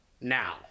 now